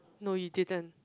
no you didn't